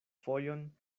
fojon